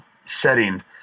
setting